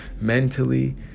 mentally